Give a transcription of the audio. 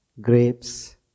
grapes